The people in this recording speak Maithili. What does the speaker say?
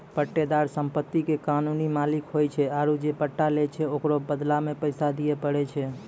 पट्टेदार सम्पति के कानूनी मालिक होय छै आरु जे पट्टा लै छै ओकरो बदला मे पैसा दिये पड़ै छै